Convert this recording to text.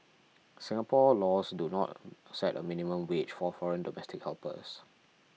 Singapore laws do not set a minimum wage for foreign domestic helpers